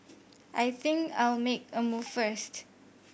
I think I'll make a move first